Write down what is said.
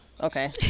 okay